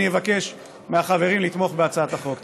אני אבקש מהחברים לתמוך בהצעת החוק.